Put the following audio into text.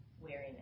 weariness